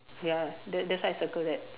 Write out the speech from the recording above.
ya that that's why I circle that